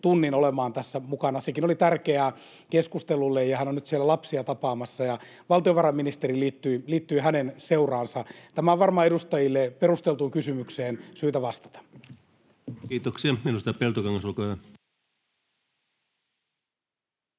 tunnin olemaan tässä mukana, sekin oli tärkeää keskustelulle, ja hän on nyt siellä lapsia tapaamassa, ja valtiovarainministeri liittyi hänen seuraansa. Tämä on varmaan edustajille perusteltuun kysymykseen syytä vastata. Kiitoksia. — Edustaja Peltokangas, olkaa